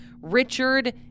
Richard